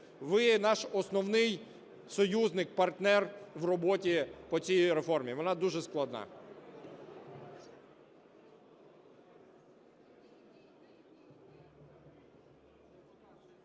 Ви – наш основний союзник, партнер в роботі по цій реформі, вона дуже складна.